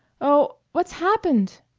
oh, what's happened?